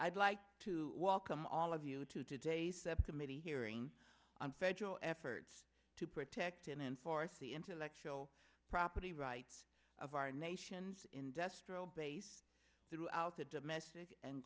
i'd like to welcome all of you to today's septimus a hearing on federal efforts to protect and enforce the intellectual property rights of our nation's industrial base throughout the domestic and